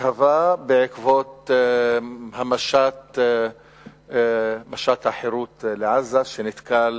שהתהווה בעקבות משט החירות לעזה שנתקל